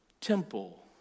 temple